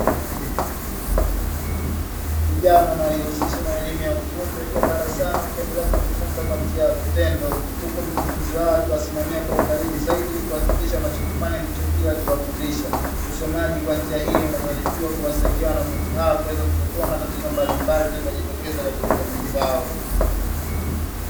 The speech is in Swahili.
Vijana wanaojihusisha na elimu ya ufundi, wakiwa darasani wakiendelea kujifunza kwa njia ya vitendo, huku mkufunzi wao akiwasimamia kwa ukaribu zaidi ili kuhakikisha wanachokifanya ndicho kile alichowafundisha. Usomaji kwa njia hii unatarajiwa kuwasaidia wanafunzi hao kuweza kutatua matatizo mbalimbali, yatakayojitokeza katika jamii zao.